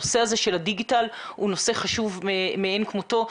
הנושא הזה של הדיגיטל הוא נושא חשוב מאין כמותו.